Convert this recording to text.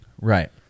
Right